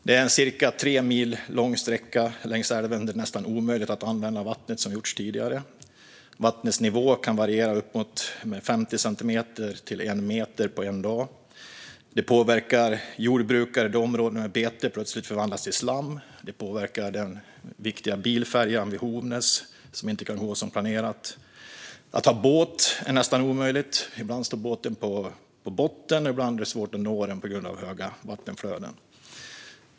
Det är en cirka 3 mil lång sträcka längs älven där det är nästan omöjligt att använda vattnet som man gjort tidigare. Vattennivån kan variera med uppemot 50 centimeter eller 1 meter på en dag. Detta påverkar jordbrukare i områden där bete plötsligt förvandlas till slam. Det påverkar den viktiga bilfärjan vid Hovnäs, som inte kan gå som planerat. Att ha båt är nästan omöjligt. Ibland står båten på botten, och ibland är det svårt att nå den på grund av höga vattenflöden.